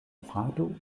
frato